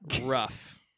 rough